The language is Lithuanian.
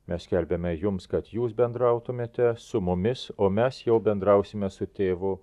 mes skelbiame jums kad jūs bendrautumėte su mumis o mes jau bendrausime su tėvu